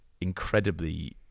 incredibly